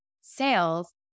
sales